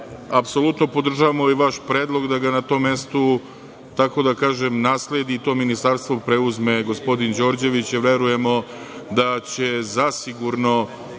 Apsolutno podržavamo ovaj vaš predlog da ga na tom mestu, tako da kažem, nasledi i to ministarstvo preuzme gospodin Đorđević. Verujemo da će, zasigurno,